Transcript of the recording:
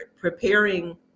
preparing